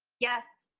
yes.